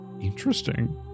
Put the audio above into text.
Interesting